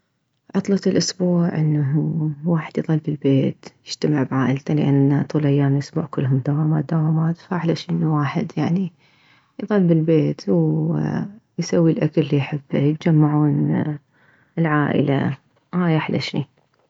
عطلة الاسبوع انه واحد يظل بالبيت يجتمع بعائلته لانه طول ايام الاسبوع كلهم دوامات دوامات فأحلى شي انه الواحد يعني يظل بالبيت ويسوي الاكل اللي يحبه يتجمعون العائلة هاي احلى شي